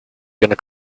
gonna